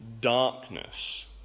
Darkness